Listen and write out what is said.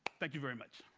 thank you very much.